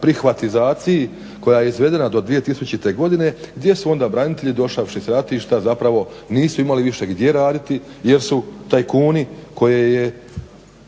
prihvatizaciji koja je izvedena do 2000.godine gdje su onda branitelji došavši s ratišta zapravo nisu imali gdje raditi jer su tajkuni koji su